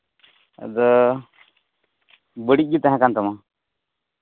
ᱟᱫᱚ ᱵᱟᱹᱲᱤᱡ ᱜᱮ ᱛᱟᱦᱮᱸ ᱠᱟᱱ ᱛᱟᱢᱟ